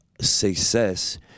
success